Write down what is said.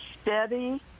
steady